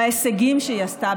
בהישגים שהיא עשתה,